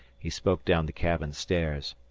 he spoke down the cabin stairs.